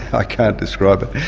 i can't describe it.